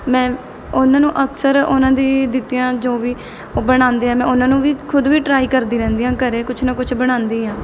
ਮੈ ਉਹਨਾਂ ਨੂੰ ਅਕਸਰ ਉਹਨਾਂ ਦੀ ਦਿੱਤੀਆਂ ਜੋ ਵੀ ਉਹ ਬਣਾਉਂਦੇ ਆ ਮੈਂ ਉਹਨਾਂ ਨੂੰ ਵੀ ਖੁਦ ਵੀ ਟਰਾਈ ਕਰਦੀ ਰਹਿੰਦੀ ਹਾਂ ਘਰੇ ਕੁਝ ਨਾ ਕੁਝ ਬਣਾਉਂਦੀ ਹਾਂ